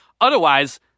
Otherwise